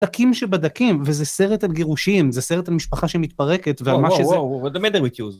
דקים שבדקים, וזה סרט על גירושים, זה סרט על משפחה שמתפרקת, ועל מה שזה